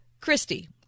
Christy